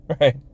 right